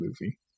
movie